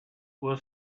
was